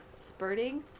spurting